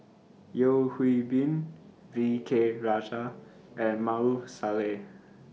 Yeo Hwee Bin V K Rajah and Maarof Salleh